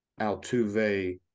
Altuve